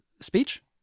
speech